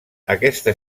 aquesta